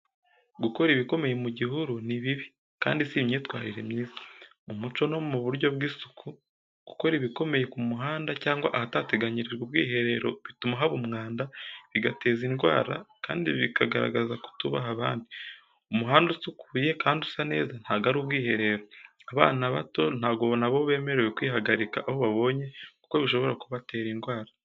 Gukora ibikomeye mu gihuru ni bibi kandi si imyitwarire myiza. Mu muco no mu buryo bw’isuku, gukora ibikomeye ku muhanda cyangwa ahatateganyirijwe ubwiherero bituma haba umwanda, bigateza indwara, kandi bikagaragaza kutubaha abandi. Umuhanda usukuye kandi usa neza ntago ari ubwiherero. Abana bato ntago nabo bemerewe kwihagarika aho babonye kuko bishobora kubatera indwara.